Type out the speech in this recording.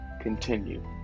continue